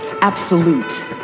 absolute